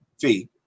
fee